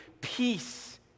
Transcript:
peace